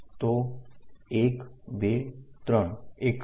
તો 123 એકમો